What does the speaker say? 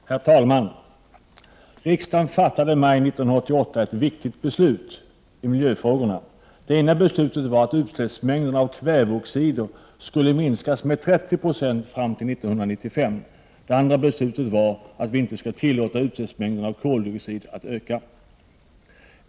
Herr talman! Riksdagen fattade i maj 1988 ett antal viktiga beslut när det gäller miljöfrågorna. Ett beslut var att utsläppsmängderna av kväveoxider skulle minskas med 30 90 fram till 1995. Ett annat beslut var att utsläppsmängderna av koldioxid inte skulle tillåtas öka.